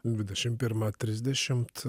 dvidešimt pirmą trisdešimt